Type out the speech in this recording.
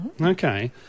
Okay